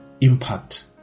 impact